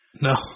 No